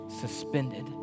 suspended